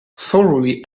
thoroughly